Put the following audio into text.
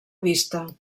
vista